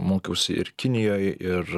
mokiausi ir kinijoj ir